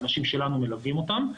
האנשים שלנו מלווים אותם.